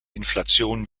inflation